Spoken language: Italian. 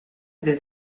del